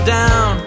down